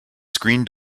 screen